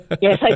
Yes